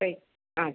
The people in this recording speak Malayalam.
പ്രൈസ് അതെ